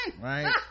right